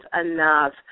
enough